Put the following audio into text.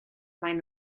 maen